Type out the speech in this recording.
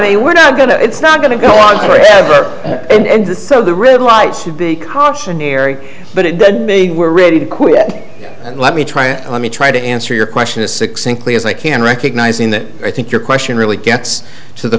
mean we're not going to it's not going to go on forever and the so the river right should be cautionary but it doesn't mean we're ready to quit and let me try let me try to answer your question as succinctly as i can recognizing that i think your question really gets to the